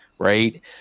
Right